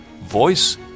voice